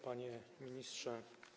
Panie Ministrze!